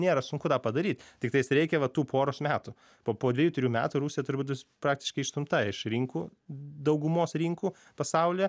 nėra sunku tą padaryt tiktais reikia va tų poros metų po po dviejų trijų metų rusija turbūt bus praktiškai išstumta iš rinkų daugumos rinkų pasaulyje